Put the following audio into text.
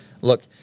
look